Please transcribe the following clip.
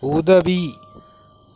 உதவி